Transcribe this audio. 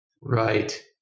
Right